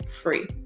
free